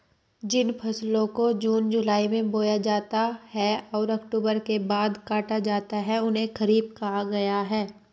जिन फसलों को जून जुलाई में बोया जाता है और अक्टूबर के बाद काटा जाता है उन्हें खरीफ कहा गया है